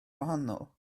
wahanol